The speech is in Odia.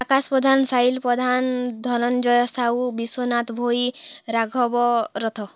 ଆକାଶ ପ୍ରଧାନ ସାଇଲ ପ୍ରଧାନ ଧନଞ୍ଜୟ ସାହୁ ବିଶ୍ୱନାଥ ଭୋଇ ରାଘବ ରଥ